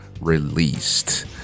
released